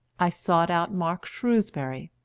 i sought out mark shrewsbury.